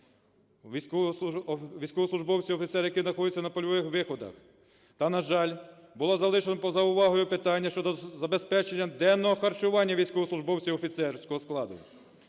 військовослужбовці-офіцери, які знаходяться на польових виходах. Та, на жаль, було залишено поза увагою питання щодо забезпечення денного харчування військовослужбовців офіцерського складу.